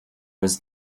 was